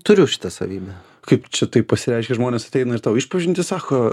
turiu šitą savybę kaip čia taip pasireiškia žmonės ateina ir tau išpažintį sako